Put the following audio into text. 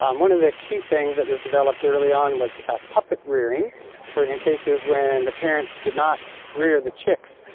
um one of the key things that was developed early on was ah puppet rearing for in cases when the parents did not rear the chicks.